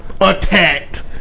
attacked